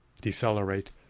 decelerate